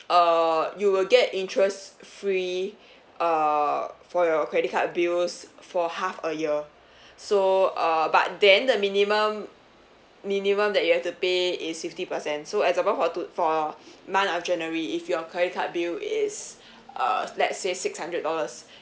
err you will get interest free uh for your credit card bills for half a year so uh but then the minimum minimum that you have to pay is fifty percent so example for to for month of january if your credit card bill is uh let's say six hundred dollars